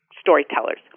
storytellers